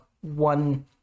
one